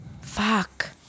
Fuck